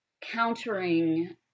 countering